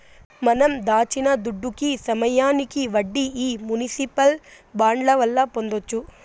మనం దాచిన దుడ్డుకి సమయానికి వడ్డీ ఈ మునిసిపల్ బాండ్ల వల్ల పొందొచ్చు